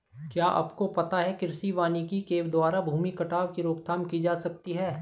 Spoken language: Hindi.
क्या आपको पता है कृषि वानिकी के द्वारा भूमि कटाव की रोकथाम की जा सकती है?